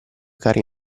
carri